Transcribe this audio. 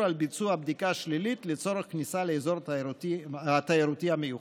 על ביצוע בדיקה שלילית לצורך כניסה לאזור התיירותי המיוחד.